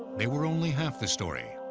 they were only half the story.